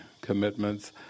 commitments